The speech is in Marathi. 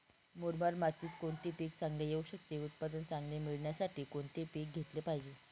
मुरमाड मातीत कोणते पीक चांगले येऊ शकते? उत्पादन चांगले मिळण्यासाठी कोणते पीक घेतले पाहिजे?